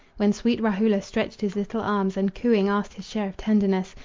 when sweet rahula stretched his little arms, and cooing asked his share of tenderness,